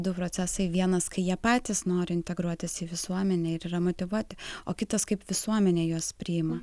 du procesai vienas kai jie patys nori integruotis į visuomenę ir yra motyvuoti o kitas kaip visuomenė juos priima